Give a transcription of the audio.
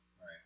Right